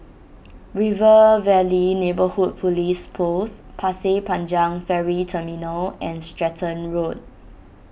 River Valley Neighbourhood Police Post Pasir Panjang Ferry Terminal and Stratton Road